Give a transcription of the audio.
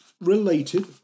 related